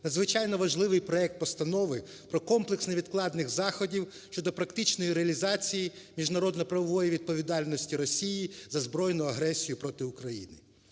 надзвичайно важливий проект Постанови про комплекс невідкладних заходів щодо практичної реалізації міжнародно-правової відповідальності Росії за збройну агресію проти України.